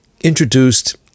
introduced